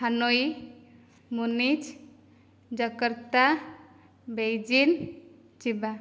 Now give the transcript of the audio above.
Hanoi Munich Jakarta Beijing ଚିବା